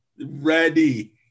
ready